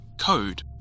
code